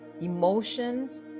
emotions